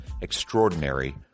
extraordinary